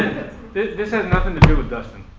this this has nothing to do with dustin.